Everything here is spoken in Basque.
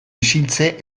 isiltze